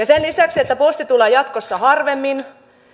sen lisäksi että posti tulee jatkossa harvemmin